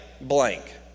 blank